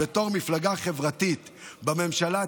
כמפלגה חברתית בממשלה,